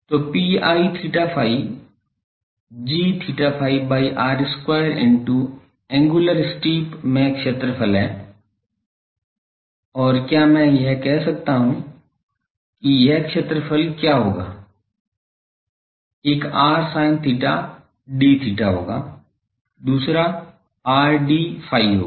तो Pi𝛳ϕ g𝛳ϕ by r square into angular strip में क्षेत्रफल है और क्या मैं कह सकता हूं कि वह क्षेत्रफल क्या होगा एक r sin theta d theta होगा दूसरा r d phi होगा